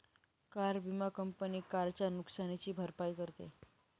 car विमा company कारच्या नुकसानीची भरपाई करते